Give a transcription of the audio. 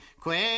Quick